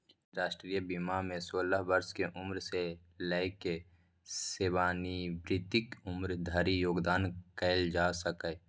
राष्ट्रीय बीमा मे सोलह वर्ष के उम्र सं लए कए सेवानिवृत्तिक उम्र धरि योगदान कैल जा सकैए